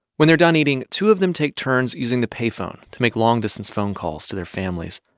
when they're done eating, two of them take turns using the pay phone to make long-distance phone calls to their families.